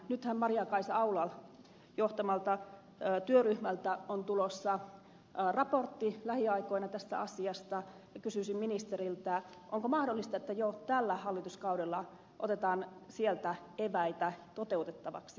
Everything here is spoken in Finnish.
nythän maria kaisa aulan johtamalta työryhmältä on tulossa raportti lähiaikoina tästä asiasta ja kysyisin ministeriltä onko mahdollista että jo tällä hallituskaudella otetaan sieltä eväitä toteutettavaksi tämän asian edistämiseksi